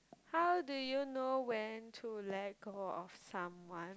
how do you know when to let go of someone